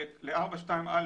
2ב,